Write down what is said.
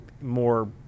more